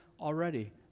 already